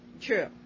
True